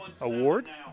award